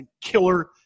killer